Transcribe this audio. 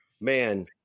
man